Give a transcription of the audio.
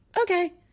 okay